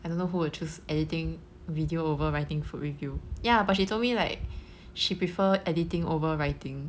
I don't know who will choose editing video over writing food review ya but she told me like she prefer editing over writing